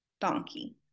donkey